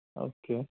okay